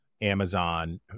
Amazon